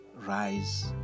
rise